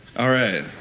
all right.